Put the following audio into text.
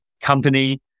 company